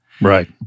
Right